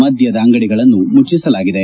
ಮದ್ದದ ಅಂಗಡಿಗಳನ್ನು ಮುಟ್ಟಿಸಲಾಗಿದೆ